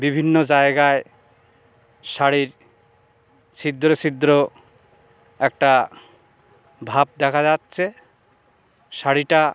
বিভিন্ন জায়গায় শাড়ির ছিদ্র ছিদ্র একটা ভাব দেখা যাচ্ছে শাড়িটা